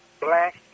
black